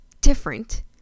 different